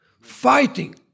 Fighting